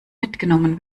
mitgenommen